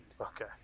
Okay